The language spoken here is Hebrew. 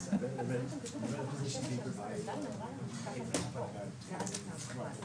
באמת דברים חשובים וטובים, אבל פשוט לתת מענה.